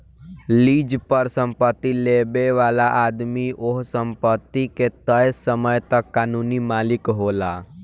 lease पर संपत्ति लेबे वाला आदमी ओह संपत्ति के तय समय तक कानूनी मालिक होला